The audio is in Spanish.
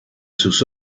sus